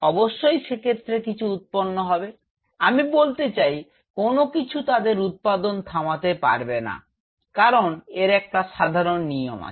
অবশ্যই সেক্ষেত্রে কিছু উৎপন্ন হবে আমি বলতে চাই কোনও কিছু তাদের উৎপাদন থামাতে পারবে না কারন এর একটা সাধারণ নিয়ম আছে